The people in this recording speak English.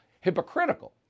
hypocritical